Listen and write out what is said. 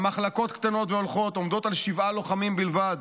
המחלקות הולכות וקטנות ועומדות על שבעה לוחמים בלבד.